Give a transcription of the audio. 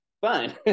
fine